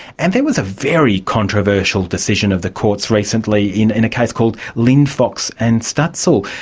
and there was a very controversial decision of the courts recently in in a case called linfox and stutsel.